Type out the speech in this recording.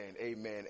amen